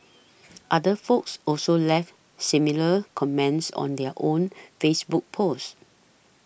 other folks also left similar comments on their own Facebook post